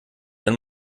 wenn